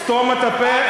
סתום את הפה.